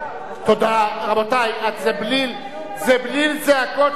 רבותי, זה בליל זעקות, איש לא שומע אתכם.